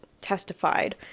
testified